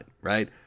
right